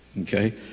Okay